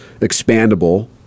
expandable